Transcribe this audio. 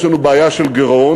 יש לנו בעיה של גירעון,